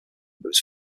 was